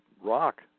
rock